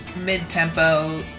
mid-tempo